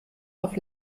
auf